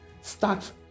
start